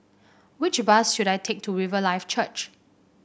which bus should I take to Riverlife Church